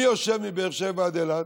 מי יושב מבאר שבע עד אילת?